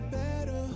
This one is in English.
better